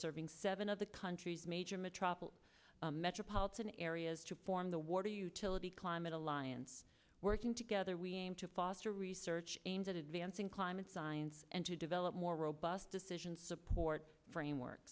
serving seven of the country's major metropolis metropolitan areas to form the water utility climate alliance working together we aim to foster research aimed at advancing climate science and to develop more robust decision support framework